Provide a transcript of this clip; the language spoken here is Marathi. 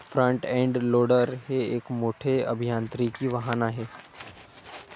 फ्रंट एंड लोडर हे एक मोठे अभियांत्रिकी वाहन आहे